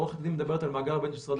עורכת הדין מדברת על מאגר של משרד הפנים.